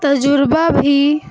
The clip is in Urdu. تجربہ بھی